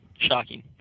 Shocking